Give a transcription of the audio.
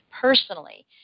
personally